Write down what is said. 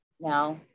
now